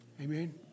Amen